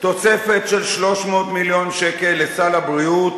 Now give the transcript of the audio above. תוספת של 300 מיליון שקל לסל הבריאות